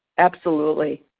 absolutely.